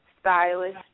Stylish